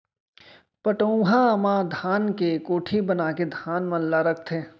पटउहां म धान के कोठी बनाके धान मन ल रखथें